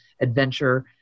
adventure